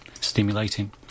stimulating